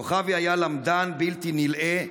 כוכבי היה למדן בלתי נלאה,